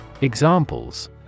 Examples